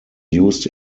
used